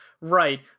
Right